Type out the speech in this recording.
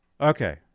okay